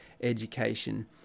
education